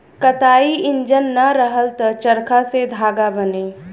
कताई इंजन ना रहल त चरखा से धागा बने